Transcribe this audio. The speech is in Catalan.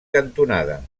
cantonada